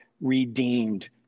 redeemed